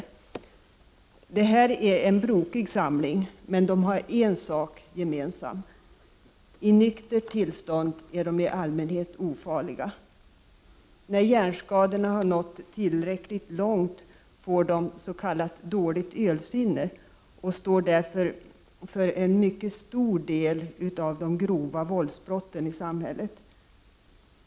Det här är en brokig samling, men de har en sak gemensam. I nyktert tillstånd är de i allmänhet ofarliga. När hjärnskadorna har nått tillräckligt långt får de s.k. dåligt ölsinne och står därför för en mycket stor del av de grova våldsbrotten i samhället.